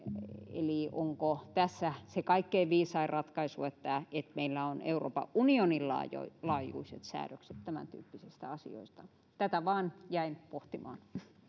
eli onko tässä kaikkein viisain ratkaisu se että meillä on euroopan unionin laajuiset laajuiset säädökset tämän tyyppisistä asioista tätä vain jäin pohtimaan